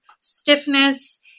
stiffness